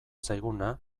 zaiguna